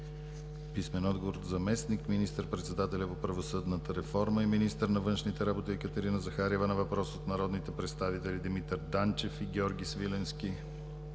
Свиленски; - заместник министър-председателя по правосъдната реформа и министър на външните работи Екатерина Захариева на въпрос от народните представители Димитър Данчев и Георги Свиленски;